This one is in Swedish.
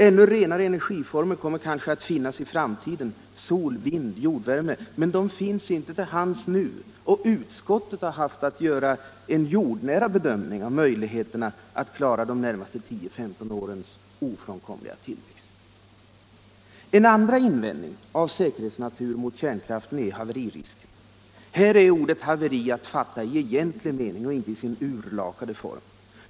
Ännu renare energiformer kommer kanske att utnyttjas i framtiden — sol, vind, jordvärme — men de finns inte till hands nu, och utskottet har haft att göra en jordnära bedömning av möjligheterna att klara de närmaste 10-15 årens ofrånkomliga tillväxt. En andra invändning av säkerhetsnatur mot kärnkraften är haveririsken. Här är ordet haveri att fatta i egentlig mening och inte i sin urlakade form.